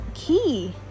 key